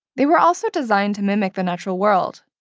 they were also designed to mimic the natural world.